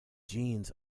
jeans